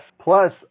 plus